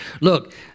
Look